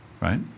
right